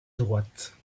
droite